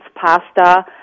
pasta